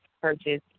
purchase